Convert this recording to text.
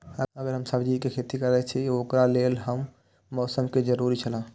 अगर हम सब्जीके खेती करे छि ओकरा लेल के हन मौसम के जरुरी छला?